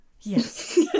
Yes